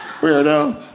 Weirdo